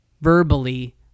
verbally